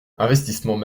investissements